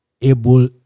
able